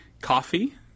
coffee